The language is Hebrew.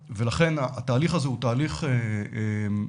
התהליך הזה הוא תהליך מורכב,